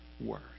Word